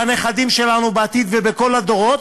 בנכדים שלנו בעתיד ובכל הדורות,